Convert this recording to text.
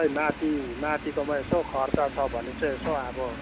खै नाति नातिकोमा यसो खर्च छ भने चाहिँ यसो अब